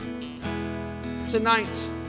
Tonight